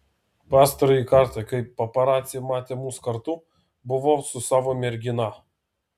pastarąjį kartą kai paparaciai matė mus kartu buvau su savo mergina